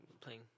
playing